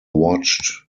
watched